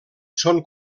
són